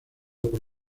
por